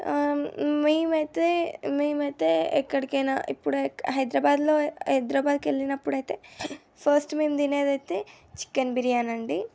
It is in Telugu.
మేమైతే మేమైతే ఎక్కడికైనా ఇప్పుడు హైదరాబాద్లో హైదరాబాద్కు వెళ్ళినప్పుడు అయితే ఫస్ట్ మేము తినేదైతే చికెన్ బిర్యానీ అండి